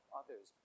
others